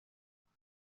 baja